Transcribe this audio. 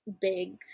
big